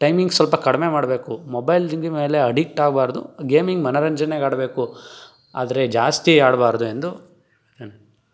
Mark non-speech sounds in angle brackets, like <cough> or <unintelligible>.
timings ಸ್ವಲ್ಪ ಕಡಿಮೆ ಮಾಡಬೇಕು ಮೊಬೈಲ್ <unintelligible> ಮೇಲೆ ಅಡಿಕ್ಟ್ ಆಗಬಾರ್ದು ಗೇಮಿಂಗ್ ಮನೋರಂಜನೆಗೆ ಆಡಬೇಕು ಆದರೆ ಜಾಸ್ತಿ ಆಡಬಾರ್ದು ಎಂದು